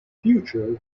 future